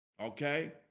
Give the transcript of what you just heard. okay